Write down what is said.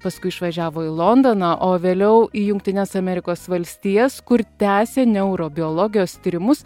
paskui išvažiavo į londoną o vėliau į jungtines amerikos valstijas kur tęsė neurobiologijos tyrimus